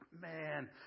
Man